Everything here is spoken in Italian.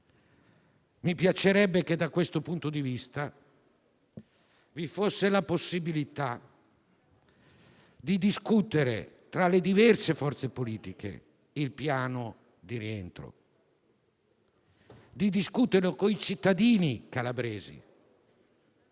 Mi piacerebbe che da questo punto di vista vi fosse la possibilità di discutere tra le diverse forze politiche il piano di rientro, di discuterne con i cittadini calabresi